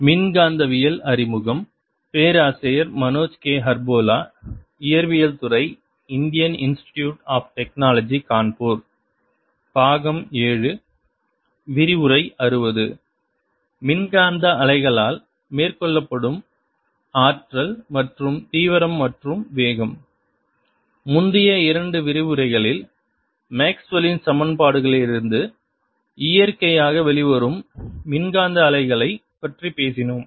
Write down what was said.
மின்காந்த அலைகளால் மேற்கொள்ளப்படும் ஆற்றல் மற்றும் தீவிரம் மற்றும் வேகம் முந்தைய இரண்டு விரிவுரையில் மேக்ஸ்வெல்லின்Maxwell's சமன்பாடுகளிலிருந்து இயற்கையாக வெளிவரும் மின்காந்த அலைகளைப் பற்றி பேசினோம்